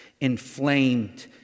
inflamed